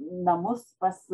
namus pas